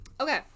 Okay